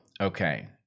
okay